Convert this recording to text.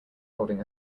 holding